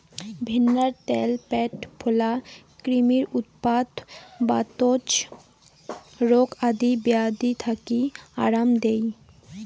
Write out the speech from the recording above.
ভেন্নার ত্যাল প্যাট ফোলা, ক্রিমির উৎপাত, বাতজ রোগ আদি বেয়াধি থাকি আরাম দেই